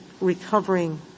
recovering